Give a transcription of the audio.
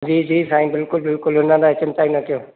जी जी साईं बिल्कुल बिल्कुल हुन लाइ चिंता ई न कयो